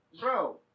bro